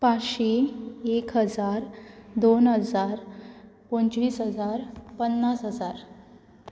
पांचशीं एक हजार दोन हजार पंचवीस हजार पन्नास हजार